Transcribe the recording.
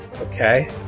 Okay